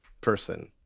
person